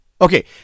Okay